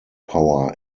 power